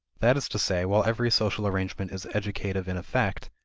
that is to say, while every social arrangement is educative in effect,